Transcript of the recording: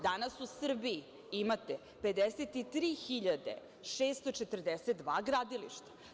Danas u Srbiji imate 53.642 gradilišta.